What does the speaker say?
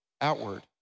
outward